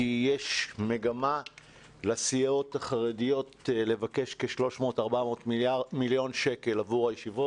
כי יש מגמה לסיעות החרדיות לבקש כ-400-300 מיליון שקלים עבור הישיבות,